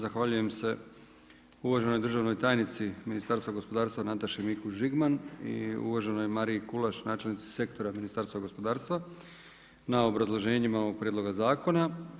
Zahvaljujem se uvaženoj državnoj tajnici Ministarstva gospodarstva Nataši Mikuš Žigman i uvaženoj Mariji Kulaš, načelnici Sektora Ministarstva gospodarstva na obrazloženjima ovog prijedloga zakona.